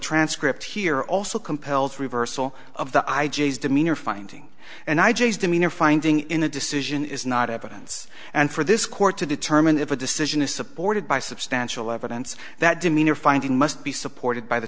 transcript here also compels reversal of the i g s demeanor finding and i g s demeanor finding in a decision is not evidence and for this court to determine if a decision is supported by substantial evidence that demeanor finding must be supported by the